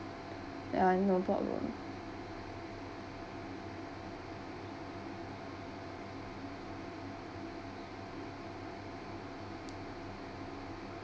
uh no problem